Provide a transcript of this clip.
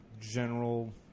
general